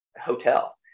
hotel